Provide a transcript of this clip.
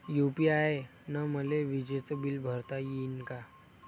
UPI न मले विजेचं बिल भरता यीन का?